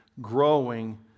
growing